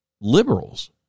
liberals